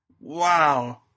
Wow